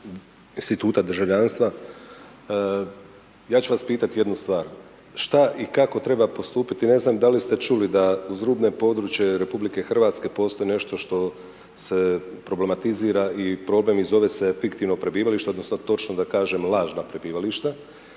instituta državljanstva ja ću vas pitati jednu stvar, šta i kako treba postupiti, ne znam da li ste čuli da uz rubne područje RH postoji nešto što se problematizira i problem i zove se fiktivno prebivalište odnosno točno da kažem lažna prebivališta